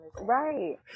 right